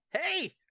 Hey